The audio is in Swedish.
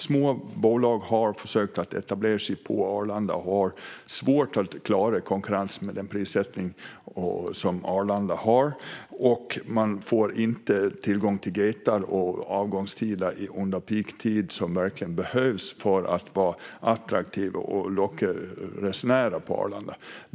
Små bolag har försökt att etablera sig på Arlanda men har svårt att klara konkurrensen med den prissättning som Arlanda har. Man får inte tillgång till gater och avgångstider under peaktid, något som verkligen behövs för att vara attraktiv och locka resenärer på Arlanda.